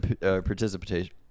participation